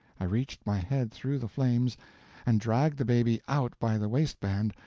i reached my head through the flames and dragged the baby out by the waist-band,